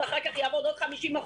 ואחר כך יעבוד עוד 50%,